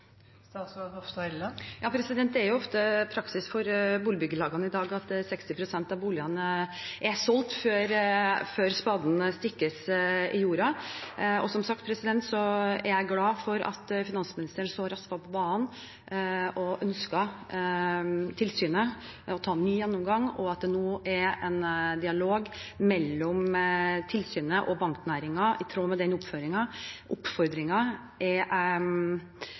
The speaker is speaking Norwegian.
Det er ofte praksis for boligbyggelagene i dag at 60 pst. av boligene er solgt før spaden stikkes i jorda. Som sagt er jeg glad for at finansministeren så raskt var på banen og ba tilsynet ta en ny gjennomgang, og at det nå er en dialog mellom tilsynet og banknæringen i tråd med den oppfordringen. Det er